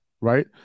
right